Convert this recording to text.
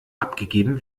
abgegeben